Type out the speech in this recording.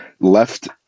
left